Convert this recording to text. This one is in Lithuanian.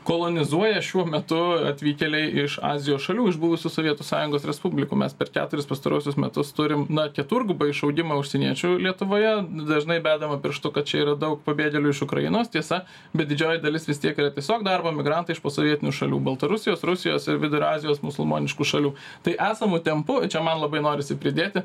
kolonizuoja šiuo metu atvykėliai iš azijos šalių iš buvusių sovietų sąjungos respublikų mes per keturis pastaruosius metus turim na keturgubą išaugimą užsieniečių lietuvoje dažnai bedama pirštu kad čia yra daug pabėgėlių iš ukrainos tiesa bet didžioji dalis vis tiek yra tiesiog darbo migrantai iš posovietinių šalių baltarusijos rusijos ir vidurio azijos musulmoniškų šalių tai esamu tempu čia man labai norisi pridėti